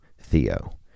Theo